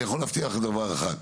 אני יכול להבטיח דבר אחד,